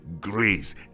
Grace